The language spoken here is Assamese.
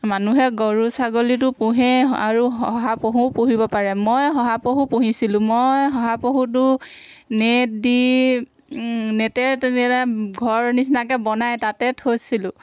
মানুহে গৰু ছাগলীটো পোহেই আৰু শহাপহুও পুহিব পাৰে মই শহাপহু পুহিছিলোঁ মই শহাপহুতো নেট দি নেটে তেনেকৈ ঘৰ নিচিনাকৈ বনাই তাতে থৈছিলোঁ